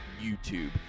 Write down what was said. YouTube